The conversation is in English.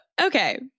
Okay